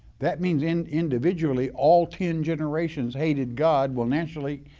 that means and individually, all ten generations hated god will naturally,